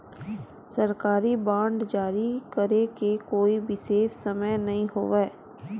सरकारी बांड जारी करे के कोनो बिसेस समय नइ होवय